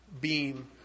beam